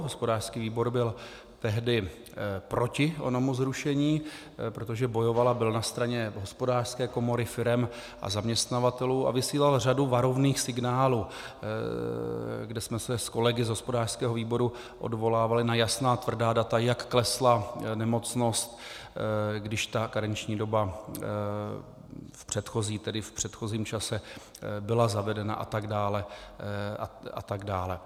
Hospodářský výbor byl tehdy proti onomu zrušení, protože bojoval a byl na straně Hospodářské komory, firem a zaměstnavatelů a vysílal řadu varovných signálů, kde jsme se s kolegy z hospodářského výboru odvolávali na jasná tvrdá data, jak klesla nemocnost, když ta karenční doba v předchozím čase byla zavedena, a tak dále, a tak dále.